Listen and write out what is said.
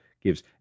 gives